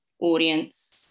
audience